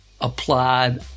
applied